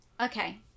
Okay